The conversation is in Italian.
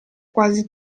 quasi